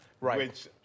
right